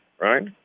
right